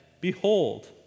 Behold